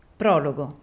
prologo